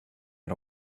out